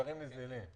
להצעה הזאת שהעלה ינון,